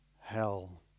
hell